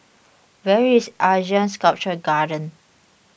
where is Asean Sculpture Garden